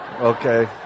Okay